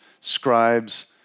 scribes